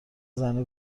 زنه